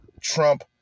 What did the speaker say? Trump